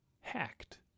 hacked